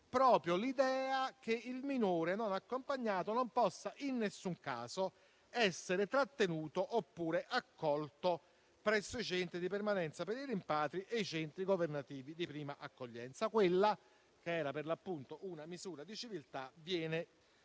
proprio l'idea che il minore non accompagnato non possa in nessun caso essere trattenuto, oppure accolto presso i centri di permanenza per i rimpatri e i centri governativi di prima accoglienza. Quella che era per l'appunto una misura di civiltà viene